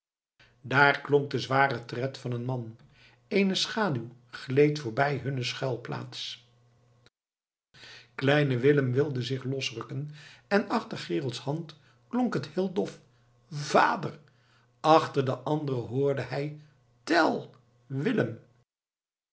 daar klonk de zware tred van een man eene schaduw gleed voorbij hunne schuilplaats kleine willem wilde zich losrukken en achter gerolds hand klonk het heel dof vader achter de andere hoorde hij tell willem